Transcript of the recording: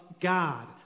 God